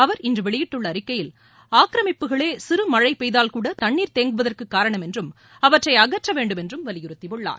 அவர் இன்று வெளியிட்டுள்ள அறிக்கையில் ஆக்கிரமிப்புகளை சிறு மழை பெய்தால் கூட தண்ணீர் தேங்குவதற்கு காரணம் என்றும் அவற்றை அகற்ற வேண்டும் என்றும் வலியுறுத்தியுள்ளார்